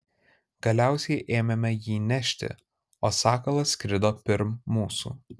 galiausiai ėmėme jį nešti o sakalas skrido pirm mūsų